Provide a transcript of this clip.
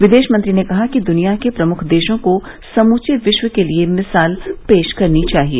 विदेश मंत्री ने कहा कि दुनिया के प्रमुख देशों को समूचे विश्व के लिए मिसाल पेश करनी चाहिए